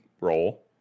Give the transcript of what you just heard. role